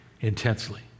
intensely